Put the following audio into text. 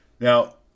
Now